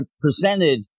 presented